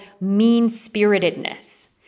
mean-spiritedness